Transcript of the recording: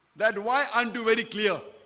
that why aren't you very clear